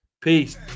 Peace